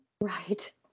Right